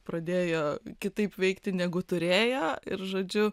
pradėjo kitaip veikti negu turėjo ir žodžiu